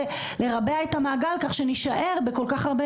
כך שנשאר בכל כך הרבה ימי חופשה ביחס לעולם.